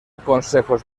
consejos